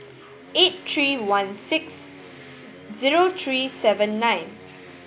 eight three one six zero three seven nine